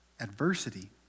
adversity